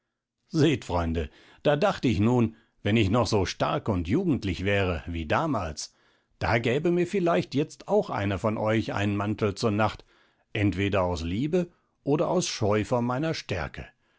seht freunde da dacht ich nun wenn ich noch so stark und jugendlich wäre wie damals da gäbe mir vielleicht jetzt auch einer von euch einen mantel zur nacht entweder aus liebe oder aus scheu vor meiner stärke